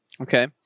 Okay